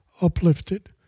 uplifted